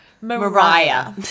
Mariah